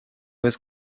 was